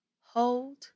hold